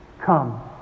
come